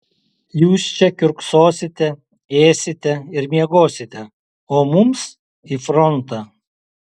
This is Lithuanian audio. jūs čia kiurksosite ėsite ir miegosite o mums į frontą